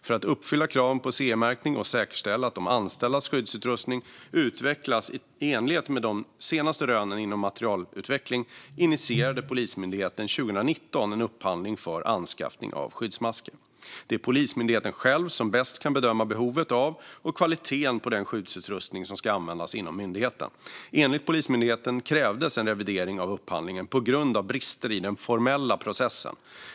För att uppfylla kraven på CE-märkning och säkerställa att de anställdas skyddsutrustning utvecklas i enlighet med de senaste rönen inom materialutveckling initierade Polismyndigheten 2019 en upphandling för anskaffning av skyddsmasker. Det är Polismyndigheten själv som bäst kan bedöma behovet av och kvaliteten på den skyddsutrustning som ska användas inom myndigheten. Enligt Polismyndigheten krävdes en revidering av upphandlingen på grund av brister i den formella processen.